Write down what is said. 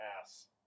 ass